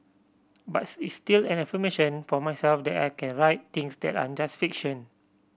but it's still an affirmation for myself that I can write things that aren't just fiction